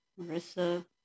Marissa